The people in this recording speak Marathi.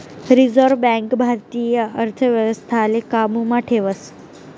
रिझर्व बँक भारतीय अर्थव्यवस्थाले काबू मा ठेवस